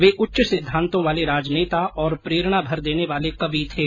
वे उच्च सिद्धांतों वाले राजनेता और प्रेरणा भर देने वाले कवि थे